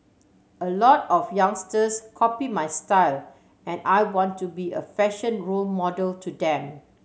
a lot of youngsters copy my style and I want to be a fashion role model to them